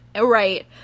right